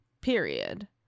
period